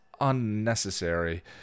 unnecessary